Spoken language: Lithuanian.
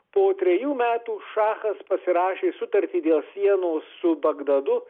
po trejų metų šachas pasirašė sutartį dėl sienos su bagdadu